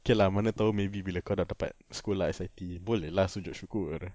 okay lah mana tahu maybe bila kau dah dapat sekolah S_I_T boleh lah sujud syukur